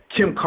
Kim